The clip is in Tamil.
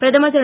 பிரதமர் திரு